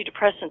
antidepressants